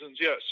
yes